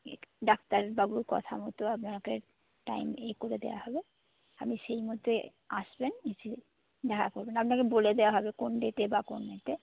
ডাক্তারবাবুর কথা মতো আপনাকে টাইম এই করে দেওয়া হবে আপনি সেই মধ্যে আসবেন এসে দেখা করবেন আপনাকে বলে দেওয়া হবে কোন ডেটে বা কোন এতে